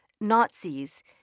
Nazis